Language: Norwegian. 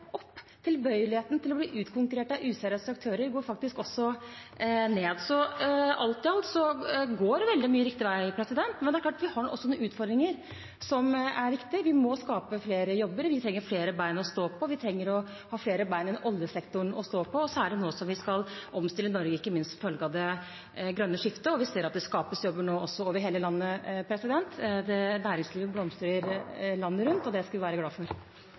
opp, og tilbøyeligheten til å bli utkonkurrert av useriøse aktører går faktisk også ned. Så alt i alt går veldig mye riktig vei. Men vi har selvfølgelig noen utfordringer som er viktige. Vi må skape flere jobber, vi trenger flere ben å stå på. Vi trenger å ha flere ben enn oljesektoren å stå på, særlig nå som vi skal omstille Norge, ikke minst som følge av det grønne skiftet. Vi ser at det nå skapes jobber over hele landet, næringslivet blomstrer landet rundt, og det skal vi være glad for.